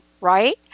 right